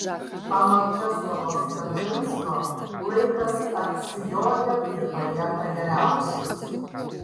anot česlovo skaržinsko laikas atsijoja ir palieka geriausius